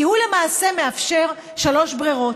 כי הוא למעשה מאפשר שלוש ברירות.